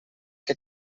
que